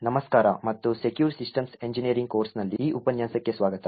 ನಮಸ್ಕಾರ ಮತ್ತು secure systems engineering ಕೋರ್ಸ್ನಲ್ಲಿ ಈ ಉಪನ್ಯಾಸಕ್ಕೆ ಸ್ವಾಗತ